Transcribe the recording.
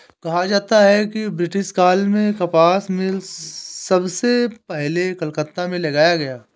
कहा जाता है कि ब्रिटिश काल में कपास मिल सबसे पहले कलकत्ता में लगाया गया